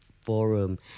Forum